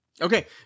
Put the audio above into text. Okay